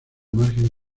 margen